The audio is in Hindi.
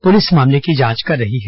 पुलिस मामले की जांच कर रही है